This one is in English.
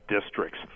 districts